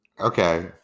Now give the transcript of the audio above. Okay